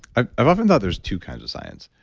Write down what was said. i've often thought there's two kinds of science.